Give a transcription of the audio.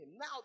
Now